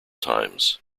times